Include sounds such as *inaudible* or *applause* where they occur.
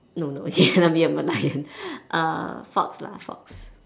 no no you *laughs* cannot be a merlion err fox lah fox